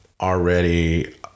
already